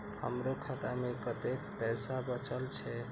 हमरो खाता में कतेक पैसा बचल छे?